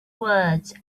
words